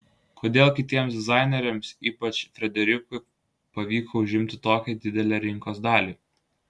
kodėl kitiems dizaineriams ypač frederikui pavyko užimti tokią didelę rinkos dalį